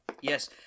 Yes